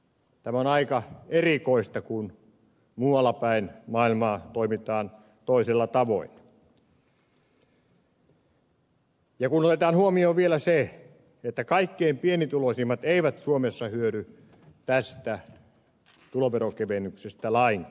tämä on aika erikoista kun muualla päin maailmaa toimitaan toisella tavoin ja kun otetaan huomioon vielä se että kaikkein pienituloisimmat eivät suomessa hyödy tästä tuloveronkevennyksestä lainkaan